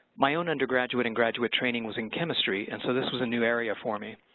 my own undergraduate and graduate training was in chemistry and so this was a new area for me,